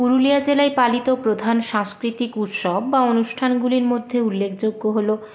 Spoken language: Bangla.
পুরুলিয়া জেলায় পালিত প্রধান সাংস্কৃতিক উৎসব বা অনুষ্ঠানগুলির মধ্যে উল্লেখযোগ্য হল